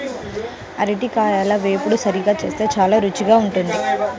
అరటికాయల వేపుడు సరిగ్గా చేస్తే చాలా రుచికరంగా ఉంటుంది